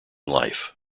life